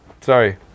Sorry